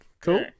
Cool